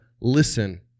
listen